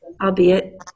albeit